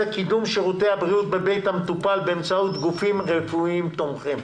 קידום שירותי בריאות בבית המטופל באמצעות גופים רפואיים תומכים.